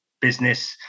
business